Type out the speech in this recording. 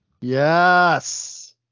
Yes